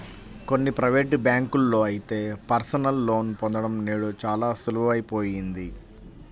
కొన్ని ప్రైవేటు బ్యాంకుల్లో అయితే పర్సనల్ లోన్ పొందడం నేడు చాలా సులువయిపోయింది